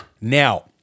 Now